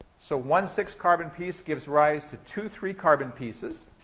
so one six-carbon piece gives rise to two three-carbon pieces.